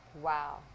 Wow